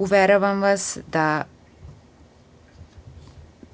Uveravam vas da